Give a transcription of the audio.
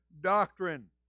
doctrine